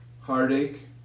Heartache